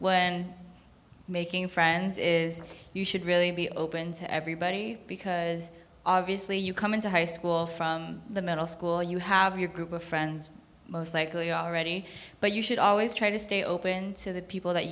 when making friends is you should really be open to everybody because obviously you come into high school from the middle school you have your group of friends most likely already but you should always try to stay open to the people that